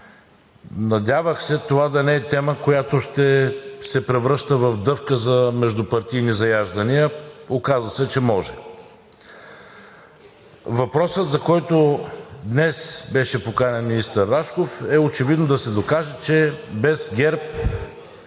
Надявах се това да не е тема, която ще се превръща в дъвка за междупартийни заяждания. Оказа се, че може. Въпросът, за който днес беше поканен министър Рашков, е очевидно да се докаже, че без ГЕРБ